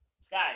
Sky